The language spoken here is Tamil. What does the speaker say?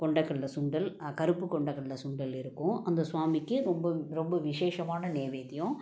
கொண்டக்கடல்ல சுண்டல் கருப்புக் கொண்டக்கடல்ல சுண்டல் இருக்கும் அந்த ஸ்வாமிக்கு அது ரொம்ப ரொம்ப விசேஷமான நெய்வேத்தியம்